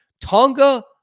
Tonga